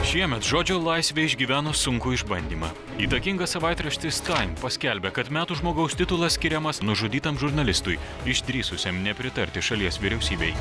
šiemet žodžio laisvė išgyvena sunkų išbandymą įtakingas savaitraštis time paskelbė kad metų žmogaus titulas skiriamas nužudytam žurnalistui išdrįsusiam nepritarti šalies vyriausybei